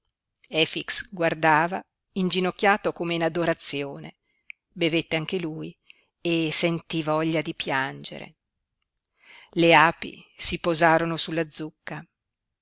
efix guardava inginocchiato come in adorazione bevette anche lui e sentí voglia di piangere le api si posarono sulla zucca